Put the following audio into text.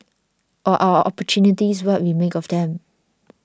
or are opportunities what we make of them